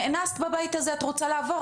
נאנסת בבית הזה, את רוצה לעבור?